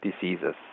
diseases